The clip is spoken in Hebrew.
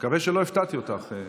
מקווה שלא הפתעתי אותך.